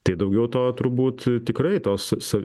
tai daugiau to turbūt tikrai tos sa